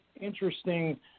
interesting